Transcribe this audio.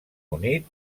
unit